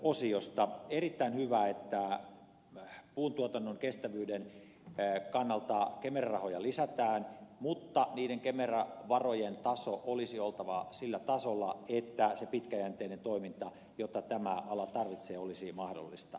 on erittäin hyvä puuntuotannon kestävyyden kannalta että kemera rahoja lisätään mutta kemera varojen tason olisi oltava sillä tasolla että se pitkäjänteinen toiminta jota tämä ala tarvitsee olisi mahdollista